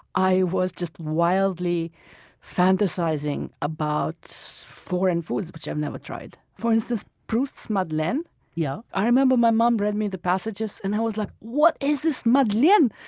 i was just wildly fantasizing about foreign foods that i had never tried. for instance, proust's madeleine yeah i remember my mom read me the passages and i was like, what is this madeleine?